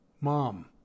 Mom